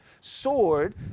sword